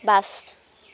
bus